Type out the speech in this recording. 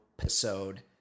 episode